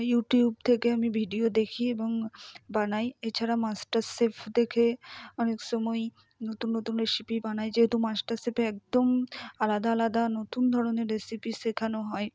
YouTube থেকে আমি video দেখি এবং বানাই এছাড়া মাস্টার শেফ দেখে অনেক সময়ই নতুন নতুন রেসিপি বানাই যেহেতু মাস্টার শেফে একদম আলাদা আলাদা নতুন ধরনের রেসিপি শেখানো হয়